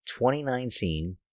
2019